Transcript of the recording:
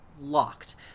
Locked